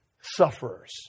sufferers